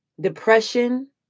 depression